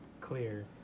clear